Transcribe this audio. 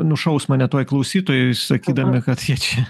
nušaus mane tuoj klausytojui sakydami kad jie čia